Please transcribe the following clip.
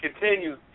Continue